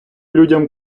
людям